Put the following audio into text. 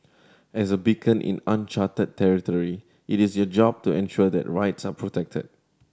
as a beacon in uncharted territory it is your job to ensure that rights are protected